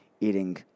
eating